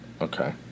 Okay